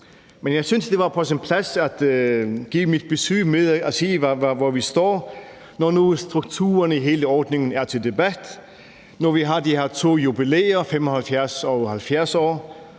men jeg synes, det var på sin plads at give mit besyv med og sige, hvor vi står, når nu strukturerne i hele ordningen er til debat, når vi har de her to jubilæer, 75 og 70 år,